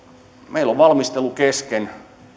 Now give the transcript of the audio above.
meillä on valmistelu kesken